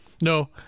No